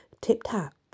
Tip-tap